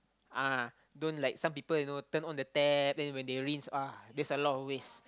uh don't like some people you know turn on the tap then when they rinse !wah! that's a lot of waste